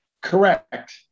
Correct